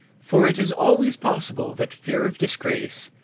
for it is always possible that fear of disgrace,